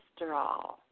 cholesterol